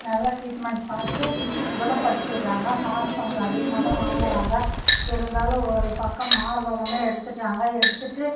நல்லா ட்ரீட்மெண்ட் பார்த்து குணப்படுத்திடுறாங்க காஸ் கொஞ்சம் அதிகமாக தான் வாங்கறாங்க இருந்தாலும் ஒரு பக்கம் மார்பகமே எடுத்துவிட்டாங்க எடுத்துவிட்டு